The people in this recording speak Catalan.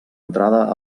entrada